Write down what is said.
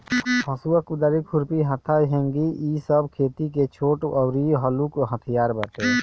हसुआ, कुदारी, खुरपी, हत्था, हेंगी इ सब खेती के छोट अउरी हलुक हथियार बाटे